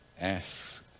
asks